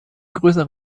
größere